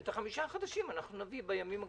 את חמשת הפרויקטים החדשים אנחנו נביא בימים הקרובים,